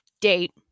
date